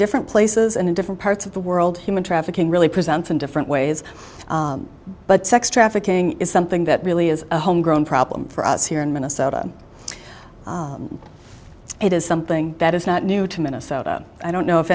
different places and in different parts of the world human trafficking really presents in different ways but sex trafficking is something that really is a homegrown problem for us here in minnesota it is something that is not new to minnesota i don't know if